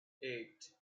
eight